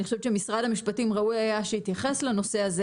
אני חושבת שראוי היה ששרד המשפטים יתייחס לנושא הזה.